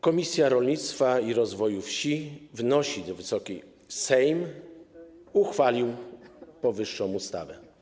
Komisja Rolnictwa i Rozwoju Wsi wnosi do Wysokiej Izby, by Sejm uchwalił powyższą ustawę.